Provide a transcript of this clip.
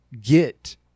get